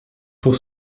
pour